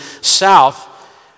south